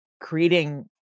creating